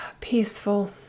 Peaceful